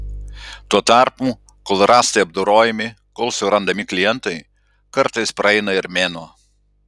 tuo tarpu kol rąstai apdorojami kol surandami klientai kartais praeina ir mėnuo